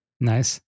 Nice